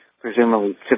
presumably